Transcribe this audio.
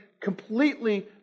completely